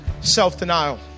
self-denial